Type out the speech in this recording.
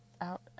out